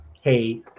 hey